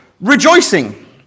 rejoicing